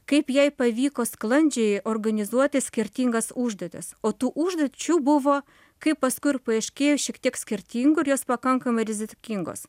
kaip jai pavyko sklandžiai organizuoti skirtingas užduotis o tų užduočių buvo kaip paskui ir paaiškėja šiek tiek skirtingų ir jos pakankamai rizikingos